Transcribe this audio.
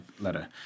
letter